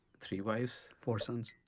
three wives? four sons.